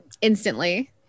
instantly